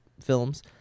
films